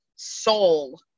Soul